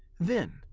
then,